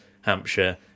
Hampshire